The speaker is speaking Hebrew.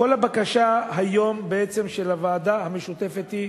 כל הבקשה היום של הוועדה המשותפת היא